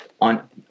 on